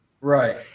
Right